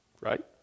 right